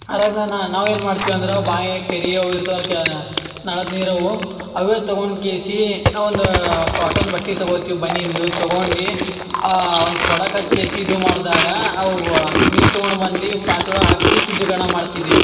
ಅರಾಗ್ ನಾನು ನಾವು ಏನು ಮಾಡ್ತೀವಿ ಅಂದ್ರ ಬಾವಿ ಕೆರಿ ಅವ ಇರ್ತವಲ್ಲ ಕೆ ನಳದ ನೀರು ಅವು ಅವೇ ತೊಗೊಂಡು ಕೇಸಿ ನಾವೊಂದು ಕಾಟನ್ ಬಟ್ಟಿ ತಗೊತೀವಿ ಬನಿಯನ್ದು ತಗೊಂಡು ಒಂದು ಕೊಡಕ್ಕೆ ಕೇಸಿದು ಮಾಡ್ದಾಗ ಅವು ನೀರು ತೊಗೊಂಡು ಬಂದಿ ಪಾತ್ರೆ ಒಳಗೆ ಹಾಕ್ತಿ ಶುದ್ಧೀಕರಣ ಮಾಡ್ತಿದ್ದೀವಿ